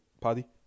Paddy